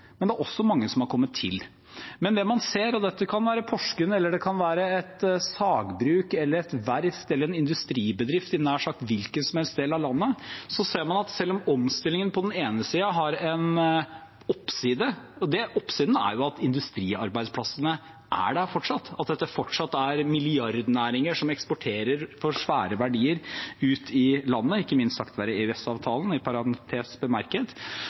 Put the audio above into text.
men det er også mange som har kommet til. Dette kan være Porsgrunn eller det kan være et sagbruk eller et verft eller en industribedrift i nær sagt hvilken som helst del av landet, men det man ser, er at selv om omstillingen på den ene siden har en oppside – og oppsiden er jo at industriarbeidsplassene er der fortsatt, at dette fortsatt er milliardnæringer som eksporterer for svære verdier ut av landet, ikke minst takket være EØS-avtalen, i